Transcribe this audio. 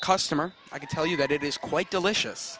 customer i can tell you that it is quite delicious